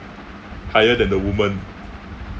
higher than the women